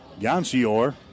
Gancior